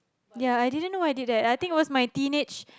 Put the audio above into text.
ya I didn't know I did that I think it was my teenage